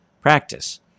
practice